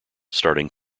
starting